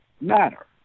matter